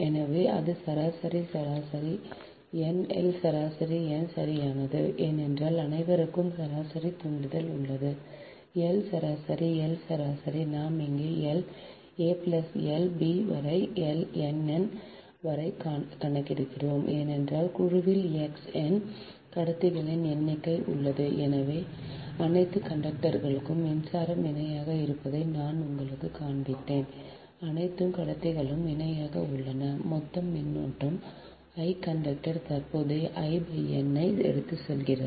எனவே அது சராசரி சராசரி n L சராசரி n சரியானது ஏனென்றால் அனைவருக்கும் சராசரி தூண்டல் உள்ளது L சராசரி L சராசரி நாம் இங்கே L aL b வரை L n n வரை கணக்கிடுகிறோம் ஏனென்றால் குழுவில் X n கடத்திகளின் எண்ணிக்கை உள்ளது எனவே அனைத்து கண்டக்டர்களும் மின்சாரம் இணையாக இருப்பதை நான் உங்களுக்குக் காண்பித்தேன் அனைத்து கடத்திகளும் இணையாக உள்ளன மொத்த மின்னோட்டம் I கண்டக்டர் தற்போதைய I n ஐ எடுத்துச் செல்கிறது